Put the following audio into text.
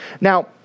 Now